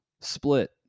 Split